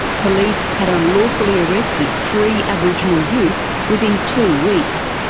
police had unlawfully arrested three aboriginal youth within two weeks.